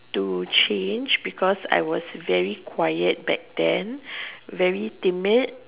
to change because I was very quiet back then very timid